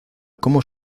como